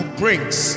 brings